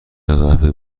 قهوه